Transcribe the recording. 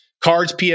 cards